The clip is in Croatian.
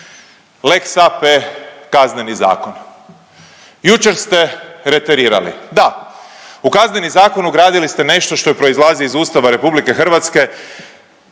lex AP, Kazneni zakon. Jučer ste reterirali. Da, u Kazneni zakon ugradili ste nešto što proizlazi iz Ustava RH, iz konvencije,